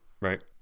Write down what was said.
right